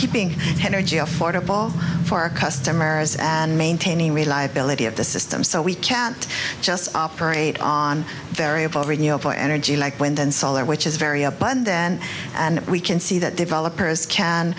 keeping energy affordable for our customers and maintaining reliability of the system so we can't just operate on variable radio for energy like wind and solar which is very abundant and we can see that developers can